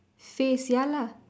face ya lah